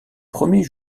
premier